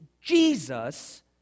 Jesus